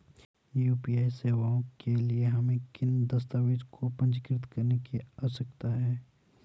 UPI सेवाओं के लिए हमें किन दस्तावेज़ों को पंजीकृत करने की आवश्यकता है?